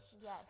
Yes